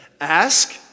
Ask